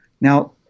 Now